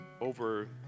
over